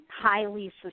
highly